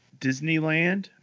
Disneyland